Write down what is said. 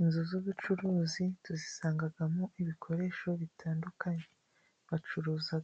Inzu z'ubucuruzi, tuzisangamo ibikoresho bitandukanye, bacuruza